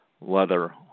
leather